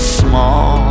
small